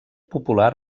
popular